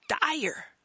dire